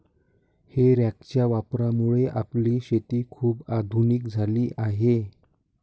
हे रॅकच्या वापरामुळे आपली शेती खूप आधुनिक झाली आहे